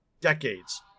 decades